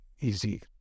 easy